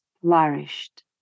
flourished